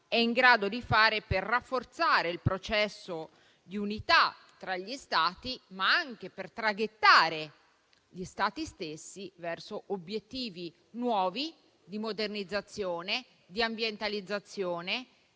è in grado di fare per rafforzare il processo di unità tra gli Stati, ma anche per traghettarli verso obiettivi nuovi di modernizzazione, di ambientalizzazione